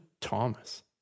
Thomas